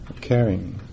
caring